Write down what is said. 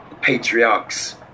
patriarchs